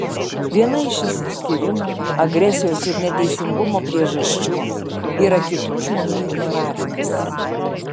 viena iš išsiskyrimo agresijos ir neteisingumo priežasčių yra kitų žmonių ignoravimas